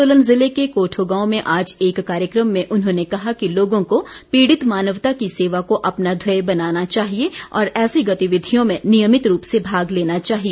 सोलन जिले के कोठो गांव में आज एक कार्यक्रम में उन्होंने कहा कि लोगों को पीड़ित मानवता की सेवा को अपना ध्येय बनाना चाहिए और ऐसी गतिविधियों में नियमित रूप से भाग लेना चाहिए